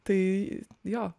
tai jo